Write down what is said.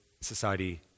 society